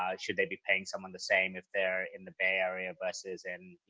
um should they be paying someone the same if they're in the bay area versus in